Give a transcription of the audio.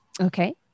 Okay